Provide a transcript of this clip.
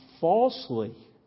falsely